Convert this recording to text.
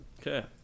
Okay